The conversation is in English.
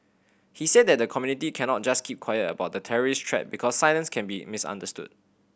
he said that the community cannot just keep quiet about the terrorist threat because silence can be misunderstood